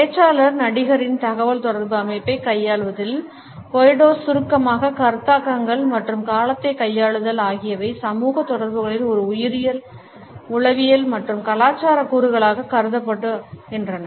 பேச்சாளர் நடிகரின் தகவல்தொடர்பு அமைப்பைக் கையாள்வதில் போயடோஸ் சுருக்கமாக கருத்தாக்கங்கள் மற்றும் காலத்தை கையாளுதல் ஆகியவை சமூக தொடர்புகளின் ஒரு உயிரியல் உளவியல் மற்றும் கலாச்சார கூறுகளாகக் கருதப்படுகின்றன